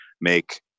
make